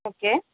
okay